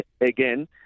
again